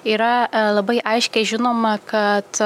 yra labai aiškiai žinoma kad